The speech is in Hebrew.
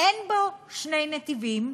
אין בו שני נתיבים,